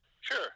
sure